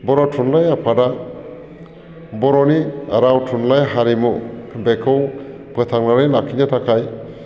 बर' थुनलाइ आफादा बर'नि राव थुनलाइ हारिमु बेखौ फोथांनानै लाखिनो थाखाय